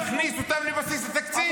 ונכניס אותם לבסיס התקציב.